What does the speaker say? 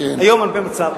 היום, על-פי המצב.